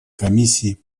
комиссии